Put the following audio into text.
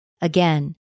Again